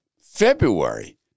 February